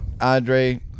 Andre